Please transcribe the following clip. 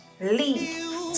lead